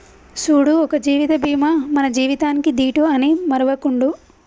సూడు ఒక జీవిత బీమా మన జీవితానికీ దీటు అని మరువకుండు